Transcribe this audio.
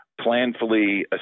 planfully